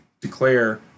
declare